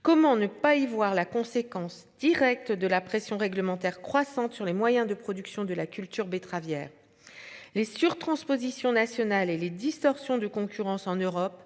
Comment ne pas y voir la conséquence directe de la pression réglementaire croissante sur les moyens de production, de la culture betteravière. Les sur-transpositions nationales et les distorsions de concurrence en Europe